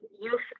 youth